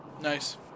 Nice